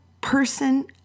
person